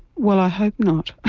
well i hope not,